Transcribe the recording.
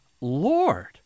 Lord